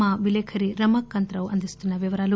మా విలేకరి రమాకాంత రావు అందిస్తున్న వివరాలు